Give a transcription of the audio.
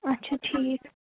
اچھا ٹھیٖک